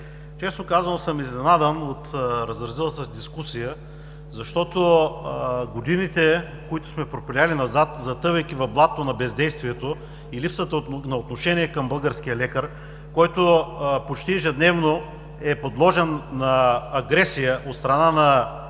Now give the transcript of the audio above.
Честно казано, изненадан съм от разразилата се дискусия, защото годините, които сме пропилели назад, затъвайки в блатото на бездействието и липсата на отношение към българския лекар, който почти ежедневно е подложен на агресия от страна на